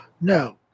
No